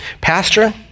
Pastor